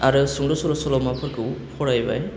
आरो सुंद' सल' सल'माफोरखौ फरायबाय